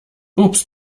ups